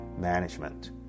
management